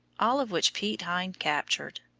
all of which piet hein captured.